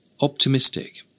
optimistic